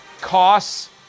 Costs